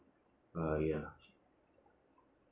uh ya